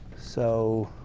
so